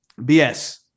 BS